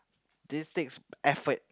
this takes effort